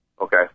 Okay